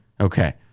Okay